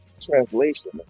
Translation